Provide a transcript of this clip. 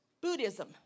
Buddhism